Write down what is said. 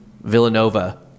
Villanova